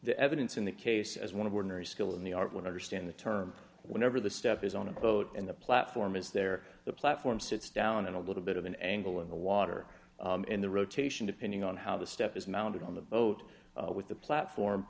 the evidence in the case as one of ordinary skill in the art would understand the term whenever the step is on a boat and the platform is there the platform sits down and a little bit of an angle in the water in the rotation depending on how the step is mounted on the boat with the platform